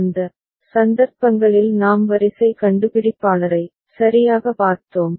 அந்த சந்தர்ப்பங்களில் நாம் வரிசை கண்டுபிடிப்பாளரை சரியாக பார்த்தோம்